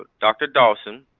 but dr. dawson